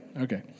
Okay